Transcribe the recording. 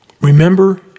Remember